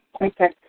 Okay